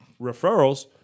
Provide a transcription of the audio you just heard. referrals